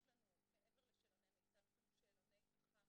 מעבר לשאלוני המיצ"ב יש לנו שאלוני אח"ם,